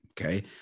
okay